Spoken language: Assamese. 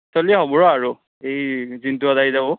চলি হ'ব ৰ' আৰু এই জিণ্টুহঁত আহি যাব